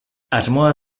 asmoa